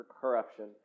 corruption